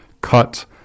cut